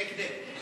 בהקדם.